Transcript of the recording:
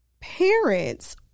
parents